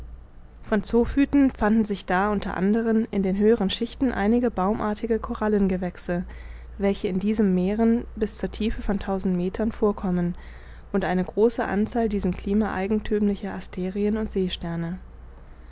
von zoophyten fanden sich da unter anderen in den höheren schichten einige baumartige korallengewächse welche in diesen meeren bis zur tiefe von tausend meter fortkommen und eine große anzahl diesem klima eigenthümlicher asterien und seesterne